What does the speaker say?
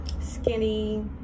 skinny